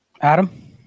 Adam